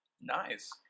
Nice